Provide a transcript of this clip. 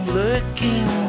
lurking